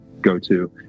go-to